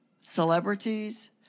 celebrities